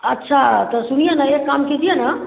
अच्छा तो सुनिए ना एक कम कीजिए ना